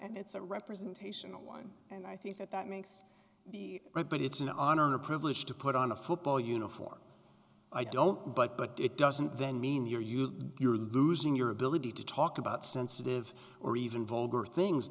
and it's a representational one and i think that that makes the right but it's an honor and a privilege to put on a football uniform i don't but it doesn't then mean you're you're you're losing your ability to talk about sensitive or even vulgar things